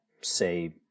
say